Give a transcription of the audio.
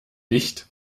nicht